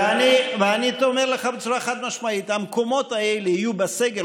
ואני אומר לך בצורה חד-משמעית: המקומות האלה יהיו בסגר,